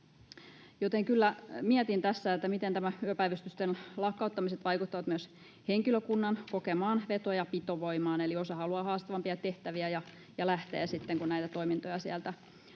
Kyllä mietin tässä, miten nämä yöpäivystysten lakkauttamiset vaikuttavat myös henkilökunnan kokemaan veto- ja pitovoimaan, eli osa haluaa haastavampia tehtäviä ja lähtee sitten, kun näitä toimintoja sieltä